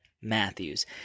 Matthews